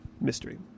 mystery